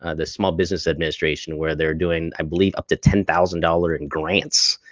ah the small business administration, where they're doing, i believe, up to ten thousand dollars in grants,